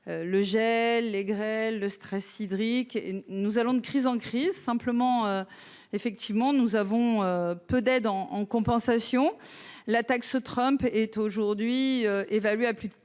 le gel, les grêle le stress hydrique, nous allons de crise en crise, simplement, effectivement, nous avons peu d'aide en en compensation l'attaque se trompe est aujourd'hui évalué à plus de